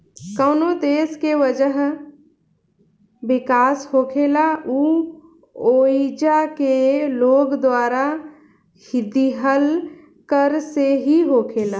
कवनो देश के वजह विकास होखेला उ ओइजा के लोग द्वारा दीहल कर से ही होखेला